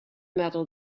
metal